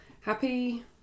Happy